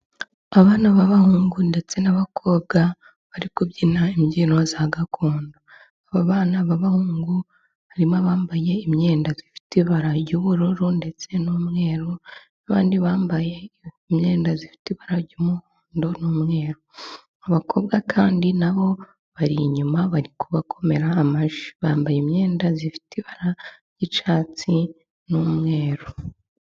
Abana b'abahungu ndetse n'abakobwa bari kubyina imbyino za gakondo, aba bana b'abahungu harimo abambaye imyenda ifite ibara ry'ubururu ndetse n'umweru, n'abandi bambaye imyenda ifite ibara ry'umuhondo n'umweru, abakobwa kandi na bo bari inyuma bari kubakomera amashyi bambaye imyenda ifite ibara ry'icyatsi n'umweru.